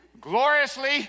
gloriously